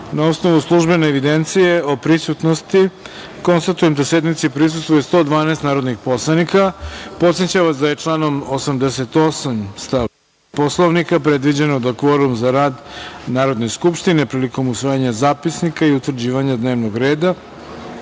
osnovu službene evidencije o prisutnosti narodnih poslanika, konstatujem da sednici prisustvuje 112 narodnih poslanika. Podsećam vas da je članom 88. stav 5. Poslovnika predviđeno da kvorum za rad Narodne skupštine prilikom usvajanja zapisnika i utvrđivanja dnevnog reda